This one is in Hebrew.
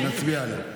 נצביע עליה.